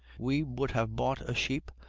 we would have bought a sheep,